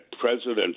President